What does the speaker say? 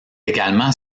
également